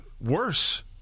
worse